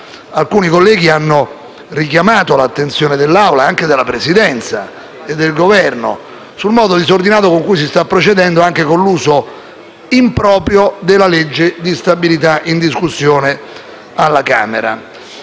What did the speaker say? alcuni colleghi hanno richiamato l'attenzione dell'Assemblea, e anche della Presidenza e del Governo, sul modo disordinato con cui si sta procedendo, nonché sull'uso improprio del disegno di legge di bilancio in discussione alla Camera.